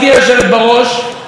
אבל לא פחות מזה,